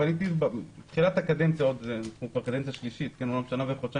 בתחילת הקדנציה אנחנו מכהנים שנה וחודשיים